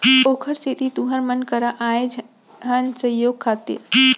ओखरे सेती तुँहर मन करा आए हन सहयोग खातिर